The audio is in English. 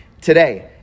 today